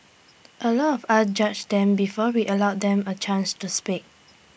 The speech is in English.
A lot of us judge them before we allow them A chance to speak